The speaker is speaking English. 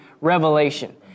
revelation